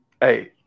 Hey